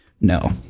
no